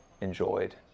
enjoyed